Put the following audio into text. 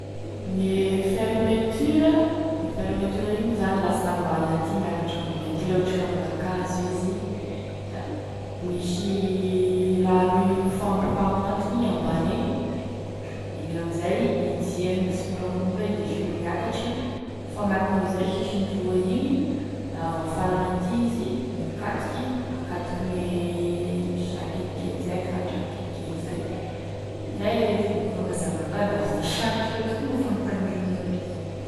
Gne fermeture gne fermeture io zany lasta ambany aty miakatry ambony aty la ohatry ka amin'ankazo izy, da misy raha roy, mifampifagnantogny ambany egny da igny amin'izay hidiagny simoramora miakatry mifagnantogny amin'izay sisiny roa igny, da avy amin'ny farany aty izy mikatoky, akatoky gne misy raha kelikely zay koa raha tragno kelikely zay, zay e fomba fagnazavako an'azy da sarotry loatry koa moa fagnontanianareo ty.